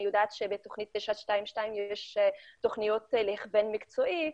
אני יודעת שבתוכנית 922 יש תוכניות להכוון מקצועי.